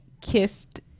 kissed